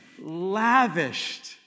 lavished